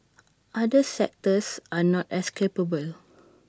other sectors are not as capable